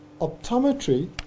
optometry